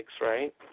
right